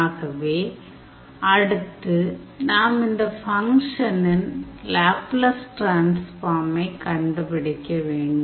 ஆகவே அடுத்து நாம் இந்த ஃபங்க்ஷனின் லேப்லஸ் டிரான்ஸ்ஃபார்மை கண்டுபிடிக்க வேண்டும்